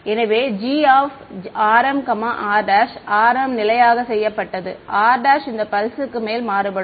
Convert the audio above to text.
எனவே gr mr' r m நிலையாக செய்யப்பட்டது r' இந்த பல்ஸ்க்கு மேல் மாறுபடும்